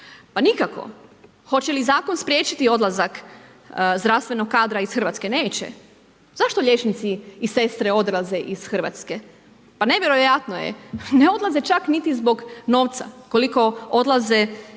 Pa nikako. Hoće li zakon spriječiti odlazak zdravstvenog kadra iz Hrvatske? Neće. zašto liječnici i sestre odlaze iz Hrvatske? Pa nevjerojatno je, ne odlaze čak niti zbog novca koliko odlaze